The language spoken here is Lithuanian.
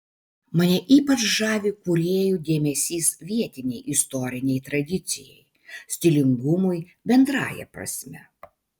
mane ypač žavi kūrėjų dėmesys vietinei istorinei tradicijai stilingumui bendrąja prasme